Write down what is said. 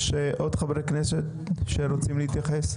עוד חברי כנסת רוצים להתייחס?